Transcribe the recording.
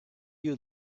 you